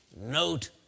note